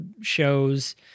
shows